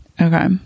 okay